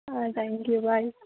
thank you bye